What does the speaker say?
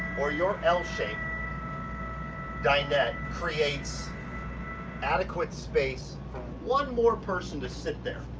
or your l-shape dinette creates adequate space for one more person to sit there.